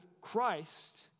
Christ